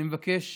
אני מבקש